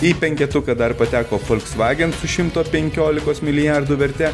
į penketuką dar pateko volkswagen su šimto penkiolikos milijardų verte